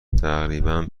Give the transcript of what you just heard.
تقریبا